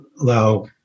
allow